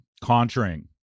conjuring